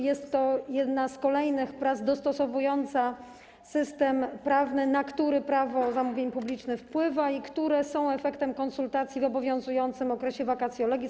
Jest to jedna z kolejnych prac dostosowujących system prawny, na który Prawo zamówień publicznych wpływa, które są efektem konsultacji w obowiązującym okresie vacatio legis.